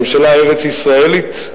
ממשלה ארץ-ישראלית,